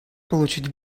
получить